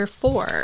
four